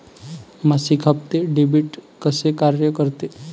मासिक हप्ते, डेबिट कसे कार्य करते